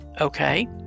Okay